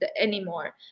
anymore